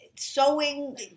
Sewing